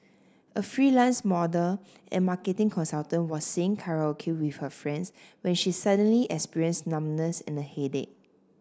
a freelance model and marketing consultant was singing karaoke with her friends when she suddenly experienced numbness and a headache